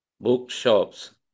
bookshops